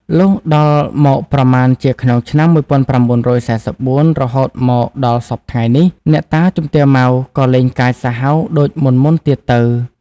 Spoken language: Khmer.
លុះដល់មកប្រមាណជាក្នុងឆ្នាំ ១៩៤៤ រហូតមកដល់សព្វថ្ងៃនេះ អ្នកតាជំទាវ ម៉ៅ ក៏លែងកាចសាហាវដូចមុនៗទៀតទៅ ។